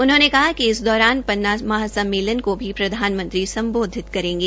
उन्होंने कहा कि इस दौरान पन्ना महासम्मेलन को भी प्रधानमंत्री संबोधित करेंगे